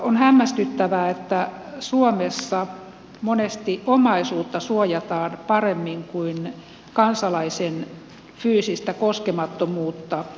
on hämmästyttävää että suomessa monesti omaisuutta suojataan paremmin kuin kansalaisen fyysistä koskemattomuutta